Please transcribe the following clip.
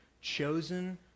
chosen